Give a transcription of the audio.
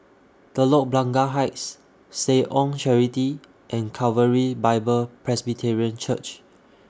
Telok Blangah Heights Seh Ong Charity and Calvary Bible Presbyterian Church